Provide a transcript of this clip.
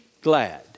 glad